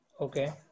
Okay